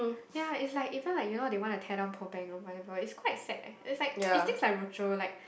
ya is like if now like like you know they wanna tear down poor bank or whatever is quite sad lah is like it's things like Rocher like